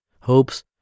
hopes